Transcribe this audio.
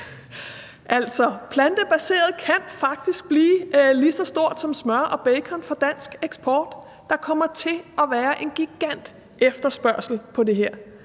Altså, plantebaseret kan faktisk blive lige så stort som smør og bacon for dansk eksport. Der kommer til at være en gigantefterspørgsel på det.